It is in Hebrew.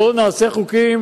בואו נעשה חוקים.